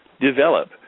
develop